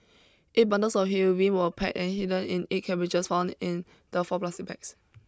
eight bundles of heroin were packed and hidden in eight cabbages found in the four plastic bags